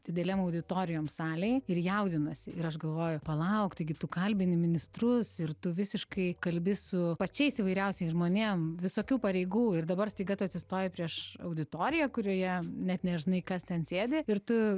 didelėm auditorijom salėj ir jaudinasi ir aš galvoju palauk taigi tu kalbini ministrus ir tu visiškai kalbi su pačiais įvairiausiais žmonėm visokių pareigų ir dabar staiga tu atsistoji prieš auditoriją kurioje net nežinai kas ten sėdi ir tu